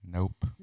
Nope